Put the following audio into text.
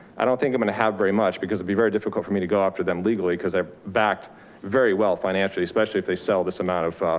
i don't think i'm going to have very much because it'd be very difficult for me to go after them legally, cause they're backed very well financially, especially if they sell this amount of,